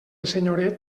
senyoret